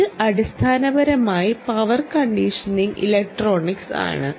ഇത് അടിസ്ഥാനപരമായി power conditioning electronics ആണ്